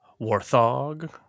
Warthog